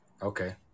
Okay